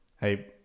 hey